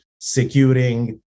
securing